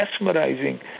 mesmerizing